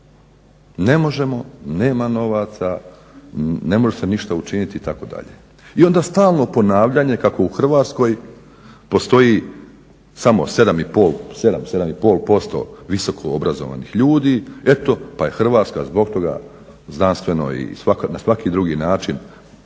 Ne možemo, nema novaca, ne može se ništa učiniti itd. I onda stalno ponavljanje kako u Hrvatskoj postoji samo 7, 7 i pol posto visoko obrazovanih ljudi eto pa je Hrvatska zbog toga znanstveno i na svaki drugi način jadna